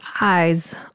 eyes